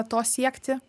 to siekti